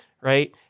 right